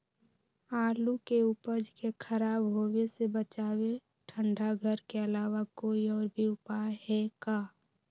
आलू के उपज के खराब होवे से बचाबे ठंडा घर के अलावा कोई और भी उपाय है का?